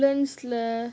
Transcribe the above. woodlands lah